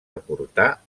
aportar